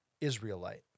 Israelite